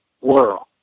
world